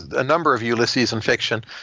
a number of ulysses in fiction,